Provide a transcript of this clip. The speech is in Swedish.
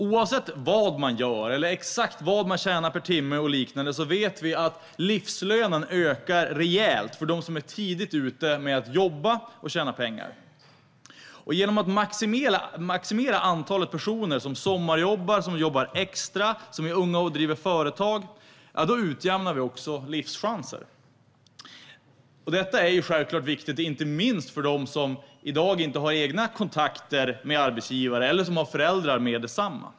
Oavsett vad man gör eller exakt hur mycket man tjänar per timme och liknande vet vi att livslönen ökar rejält för dem som är tidigt ute med att jobba och tjäna pengar. Genom att maximera antalet personer som sommarjobbar, som jobbar extra och som är unga och driver företag utjämnar vi också livschanser. Detta är självklart viktigt, inte minst för dem som i dag inte har egna kontakter med arbetsgivare eller som inte har föräldrar med detsamma.